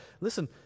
Listen